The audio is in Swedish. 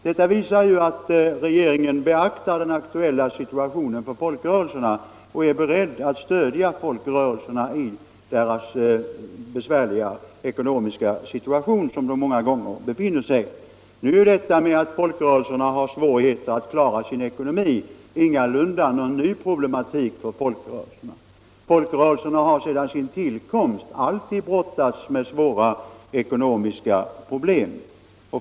Detta visar att regeringen beaktar den aktuella situationen för folkrörelserna och är 'beredd att stödja dem i den besvärliga ekonomiska situation som de många gånger befinner sig i. Detta att folkrörelserna har svårigheter att klara sin ekonomi är ingalunda en ny problematik. De har sedan sin tillkomst alltid brottats med svåra ekonomiska problem.